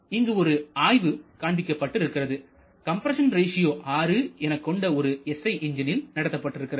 இங்கு ஒரு ஆய்வு காண்பிக்கபட்டு இருக்கிறது கம்ப்ரஸன் ரேசியோ 6 எனக் கொண்ட ஒரு SI என்ஜினில் நடத்தப்பட்டிருக்கிறது